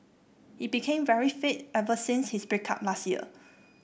he became very fit ever since his break up last year